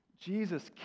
Jesus